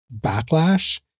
backlash